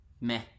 Meh